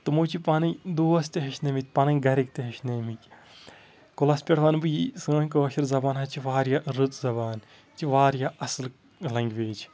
تِمو چھِ پَنٕنۍ دوس تہِ ہیٚچھنٲیمٕتۍ پَنٕنۍ گَرِکۍ تہِ ہیٚچھنٲیمٕکۍ کُلَس پٮ۪ٹھ وَنہٕ بہٕ یی سٲنۍ کٲشِر زَبان حظ چھِ واریاہ رٕژ زَبان یہِ چھِ واریاہ اَصٕل لَنٛگویج